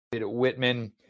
Whitman